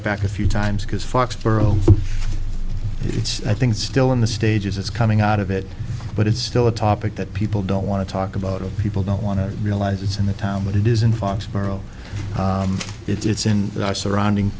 it back a few times because foxboro it's i think still in the stages it's coming out of it but it's still a topic that people don't want to talk about people don't want to realize it's in the town but it is in foxborough it's in surrounding